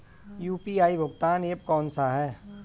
UPI भुगतान app कौन सा है?